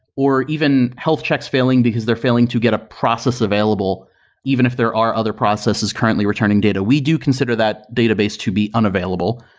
or even health checks failing because they're failing to get a process available even if there are other processes currently returning data. we do consider that database to be unavailable.